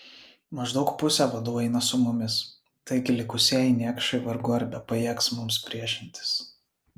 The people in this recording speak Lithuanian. maždaug pusė vadų eina su mumis taigi likusieji niekšai vargu ar bepajėgs mums priešintis